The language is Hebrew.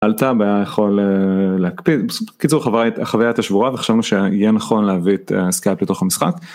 עלתה בה יכול אה להקפיד קיצור החוויה היתה שבורה וחשבנו שיהיה נכון להביא את הסקייפ לתוך המשחק.